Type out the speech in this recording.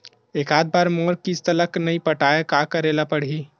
एकात बार मोर किस्त ला नई पटाय का करे ला पड़ही?